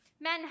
Men